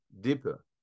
deeper